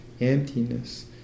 emptiness